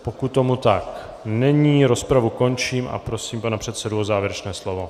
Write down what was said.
Pokud tomu tak není, rozpravu končím a prosím pana předsedu o závěrečné slovo.